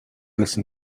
listen